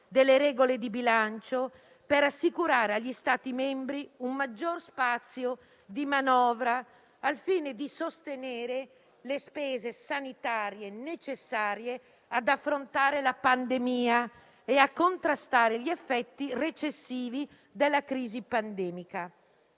delle regole di bilancio per assicurare agli Stati membri un maggior spazio di manovra al fine di sostenere le spese sanitarie necessarie ad affrontare la pandemia e a contrastare gli effetti recessivi della crisi pandemica.